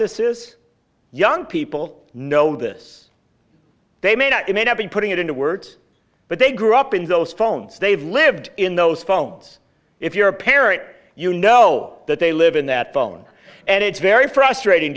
this is young people know this they may not have been putting it into words but they grew up in those phones they've lived in those phones if you're a parent you know that they live in that phone and it's very frustrating